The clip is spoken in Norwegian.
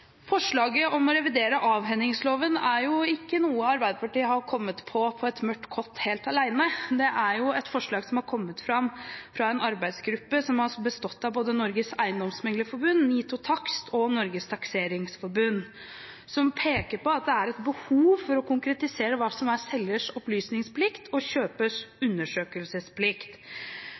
Forslaget om å revidere avhendingsloven er ikke noe Arbeiderpartiet har kommet på på et mørkt kott helt alene. Det er et forslag som har kommet fra en arbeidsgruppe som har bestått av både Norges Eiendomsmeglerforbund, NITO Takst og Norges Takseringsforbund, som peker på at det er behov for å konkretisere hva som er selgers opplysningsplikt og kjøpers